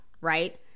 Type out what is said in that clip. right